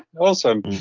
awesome